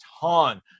ton